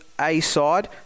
A-side